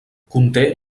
conté